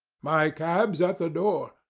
my cab's at the door.